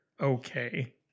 okay